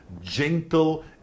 gentle